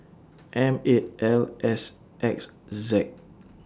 M eight L S X Z